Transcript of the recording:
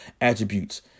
attributes